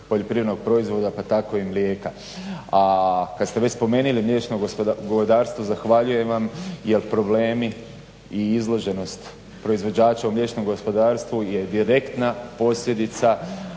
poljoprivrednog proizvoda pa tako i mlijeka. A kad ste već spomenuli mliječno govedarstvo zahvaljujem vam jer problemi i izloženost proizvođača u mliječnom gospodarstvu je direktna posljedica